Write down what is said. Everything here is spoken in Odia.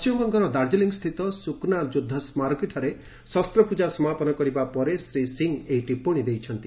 ପଶ୍ଚିମବଙ୍ଗର ଦାର୍ଜିଲିଂସ୍ଥିତ ସୁକ୍ନା ଯୁଦ୍ଧ ସ୍ମାରକୀଠାରେ ଶସ୍ତ୍ର ପୂଜା ସମାପନ କରିବା ପରେ ଶ୍ରୀ ସିଂହ ଏହି ଟିପ୍ପଶୀ ଦେଇଛନ୍ତି